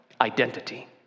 identity